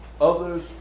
others